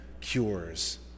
cures